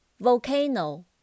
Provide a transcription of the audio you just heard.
Volcano